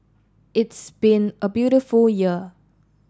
it's been a beautiful year